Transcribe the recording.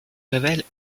révèle